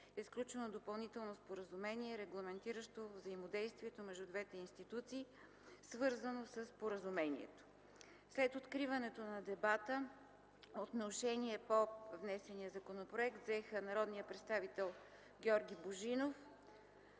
Фонд е сключено Допълнително споразумение, регламентиращо взаимодействието между двете институции, свързано със Споразумението. След откриването на дебата отношение по внесения законопроект взеха народните представители Георги Божинов,